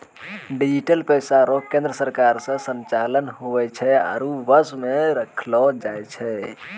digital पैसा रो केन्द्र सरकार से संचालित हुवै छै आरु वश मे रखलो जाय छै